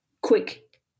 quick